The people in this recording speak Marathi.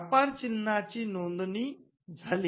व्यापार चिन्हाची नोंदणी झाली